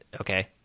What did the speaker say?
Okay